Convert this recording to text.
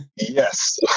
Yes